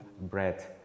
bread